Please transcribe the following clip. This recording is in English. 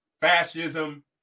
fascism